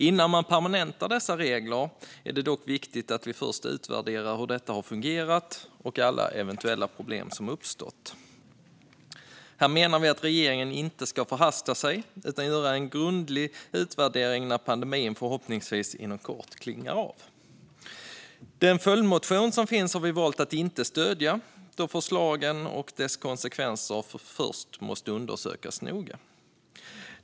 Innan man permanentar dessa regler är det dock viktigt att man utvärderar hur detta har fungerat och alla eventuella problem som har uppstått. Här menar vi att regeringen inte ska förhasta sig utan göra en grundlig utvärdering när pandemin klingar av, förhoppningsvis inom kort. Den följdmotion som finns har vi valt att inte stödja, då förslagen och deras konsekvenser först måste undersökas noga.